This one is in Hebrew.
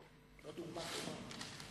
וזאת לא דוגמה טובה.